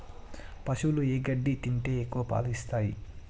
పశువులు ఏ గడ్డి తింటే ఎక్కువ పాలు ఇస్తాయి?